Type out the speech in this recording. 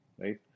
right